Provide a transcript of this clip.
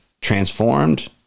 transformed